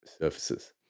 Surfaces